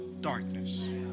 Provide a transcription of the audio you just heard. darkness